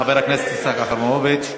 חבר הכנסת יצחק אהרונוביץ,